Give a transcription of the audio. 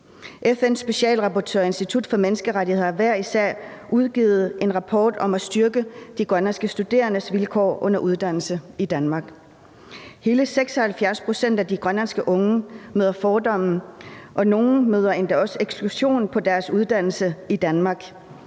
FN's specialrapportør og Institut for Menneskerettigheder har hver især udgivet en rapport om styrkelsen af de grønlandske studerendes vilkår under deres uddannelse i Danmark. Hele 76 pct. af de grønlandske unge møder fordomme, og nogle møder endda også eksklusion på deres uddannelse i Danmark